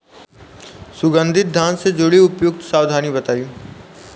सुगंधित धान से जुड़ी उपयुक्त सावधानी बताई?